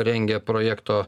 rengia projekto